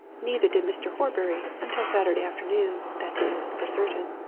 neither did mr. horbury until saturday afternoon that is, for certain,